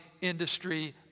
industry